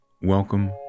welcome